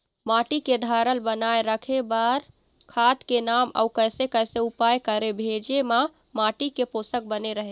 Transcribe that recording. माटी के धारल बनाए रखे बार खाद के नाम अउ कैसे कैसे उपाय करें भेजे मा माटी के पोषक बने रहे?